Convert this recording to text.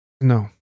No